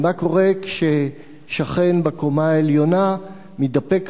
ומה קורה כששכן בקומה העליונה מתדפק